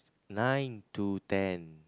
nine to ten